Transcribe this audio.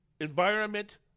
Environment